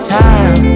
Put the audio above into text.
time